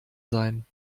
sein